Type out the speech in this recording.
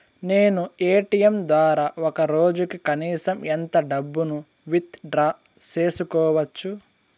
నేను ఎ.టి.ఎం ద్వారా ఒక రోజుకి కనీసం ఎంత డబ్బును విత్ డ్రా సేసుకోవచ్చు?